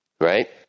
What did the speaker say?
Right